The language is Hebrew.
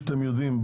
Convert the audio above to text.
כפי שאתם יודעים,